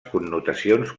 connotacions